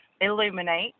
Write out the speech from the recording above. illuminate